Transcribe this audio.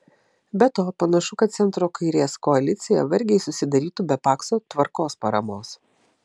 be to panašu kad centro kairės koalicija vargiai susidarytų be pakso tvarkos paramos